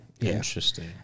Interesting